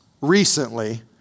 recently